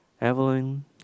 Evelyn